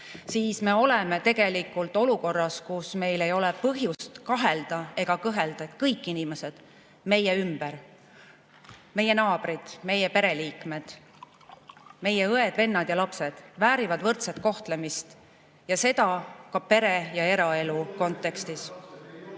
siis me oleme tegelikult olukorras, kus meil ei ole põhjust kahelda ega kõhelda, et kõik inimesed meie ümber – meie naabrid, meie pereliikmed, meie õed-vennad ja lapsed – väärivad võrdset kohtlemist, ja seda ka pere ja eraelu kontekstis.